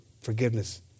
forgiveness